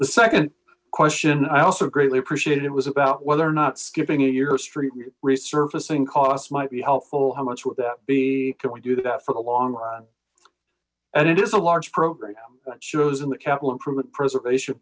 the second question i also greatly appreciated it was about whether or not skipping a year of street resurfacing costs might be helpful how much would that be can we do that for the long and it is a large program chosen in capital improvement preservation